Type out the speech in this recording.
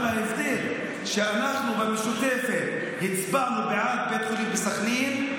אבל ההבדל הוא שכשאנחנו במשותפת הצבענו בעד בית חולים בסח'נין,